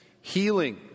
Healing